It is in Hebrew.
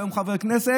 הוא היום חבר כנסת.